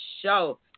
show